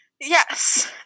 Yes